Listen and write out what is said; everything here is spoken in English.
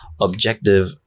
objective